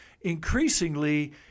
increasingly